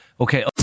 Okay